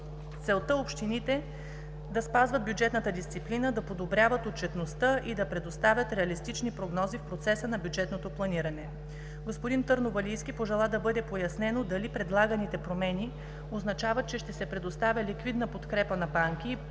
целта общините да спазват бюджетната дисциплина, да подобряват отчетността и да предоставят реалистични прогнози в процеса на бюджетното планиране. Господин Търновалийски пожела да бъде пояснено дали предлаганите промени означават, че ще се предоставя ликвидна подкрепа на банки и